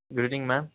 good evening ma'am